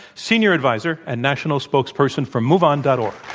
senior adviser and national spokesperson for moveon. and org.